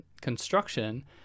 construction